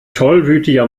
tollwütiger